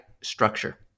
structure